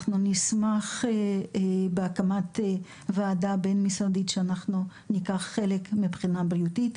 נשמח בהקמת וועדה בין משרדית בה ניקח חלק מבחינה בריאותית,